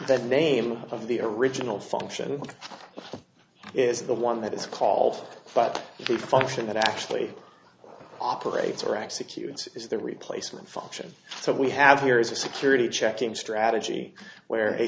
that name of the original function is the one that is called but the function that actually operates or executes is the replacement function so we have here is a security checking strategy where a